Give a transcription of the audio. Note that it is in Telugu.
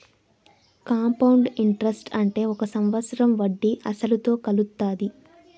కాంపౌండ్ ఇంటరెస్ట్ అంటే ఒక సంవత్సరం వడ్డీ అసలుతో కలుత్తాది